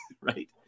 right